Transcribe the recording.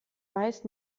weiß